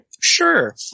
Sure